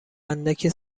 اندکی